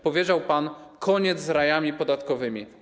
Powiedział pan: koniec z rajami podatkowymi.